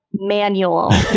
manual